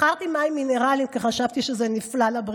מכרתי מים מינרליים כי חשבתי שזה בריא,